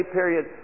period